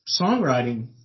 songwriting